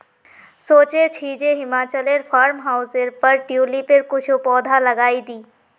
सोचे छि जे हिमाचलोर फार्म हाउसेर पर ट्यूलिपेर कुछू पौधा लगइ दी